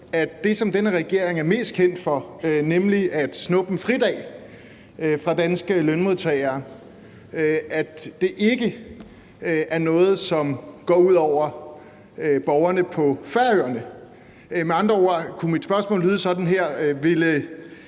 at det, som denne regering er mest kendt for, nemlig at snuppe en fridag fra danske lønmodtagere, ikke er noget, som går ud over borgerne på Færøerne. Med andre ord kunne mit spørgsmål lyde sådan her: